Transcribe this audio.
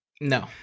No